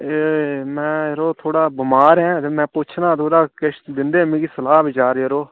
एह् मैं यरो थोह्ड़ा बमार ऐं ते मैं पुच्छना हा थोह्ड़ा किश दिंदे मिकी सलाह् बचार यरो